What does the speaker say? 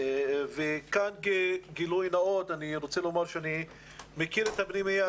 וכאן גילוי נאות: אני מכיר את הפנימייה